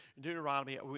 Deuteronomy